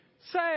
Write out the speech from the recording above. Say